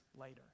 later